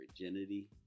virginity